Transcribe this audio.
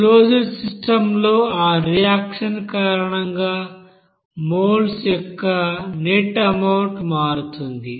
closed system లో ఆ reaction కారణంగా మోల్స్ యొక్క నెట్ అమౌంట్ మారుతుంది